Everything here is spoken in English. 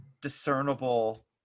discernible